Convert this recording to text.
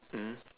mmhmm